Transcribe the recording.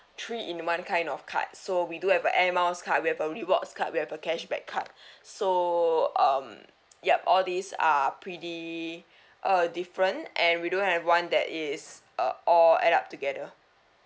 three in one kind of card so we do have a air miles card we have a rewards card we have a cashback card so um yup all these are pretty uh different and we don't have one that is uh all add up together